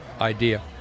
idea